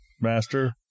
master